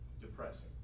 depressing